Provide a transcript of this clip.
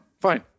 Fine